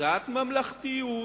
לקצת ממלכתיות.